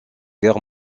guerre